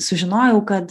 sužinojau kad